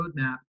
roadmap